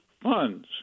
funds